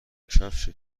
کفش